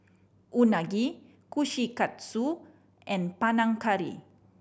Unagi Kushikatsu and Panang Curry